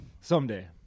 Someday